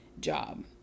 job